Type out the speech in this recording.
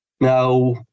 Now